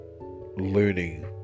learning